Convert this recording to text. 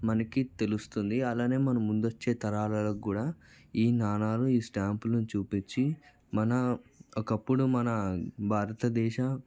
మనకి తెలుస్తుంది అలానే మనం ముందు వచ్చే తరాలకు కూడా ఈ నాణాలు ఈ స్టాంపులను చూపించి మన ఒకప్పుడు మన భారతదేశ